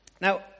Now